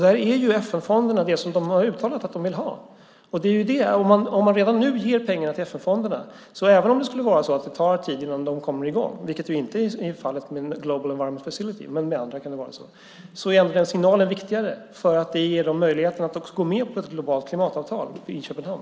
Där är FN-fonderna det som de har uttalat att de vill ha. Om man redan nu ger pengarna till FN-fonderna, även om det skulle vara så att det tar tid innan de kommer i gång, vilket ju inte är fallet med Global Environment Facility men med andra kanaler, är signalen egentligen viktigare för det ger dem möjlighet att också gå med på ett globalt klimatavtal i Köpenhamn.